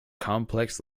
complex